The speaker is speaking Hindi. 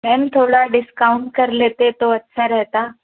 मैम थोड़ा डिस्काउंट कर लेते तो अच्छा रहता